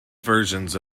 versions